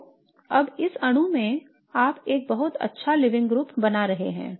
तो अब इस अणु में आप एक बहुत अच्छा लीविंग ग्रुप बना रहे हैं